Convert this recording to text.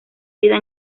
vida